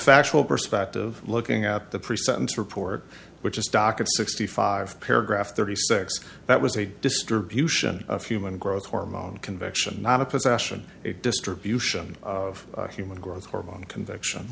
factual perspective looking at the pre sentence report which is docket sixty five paragraph thirty six that was a distribution of human growth hormone conviction not a possession distribution of human growth hormone conviction